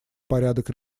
порядок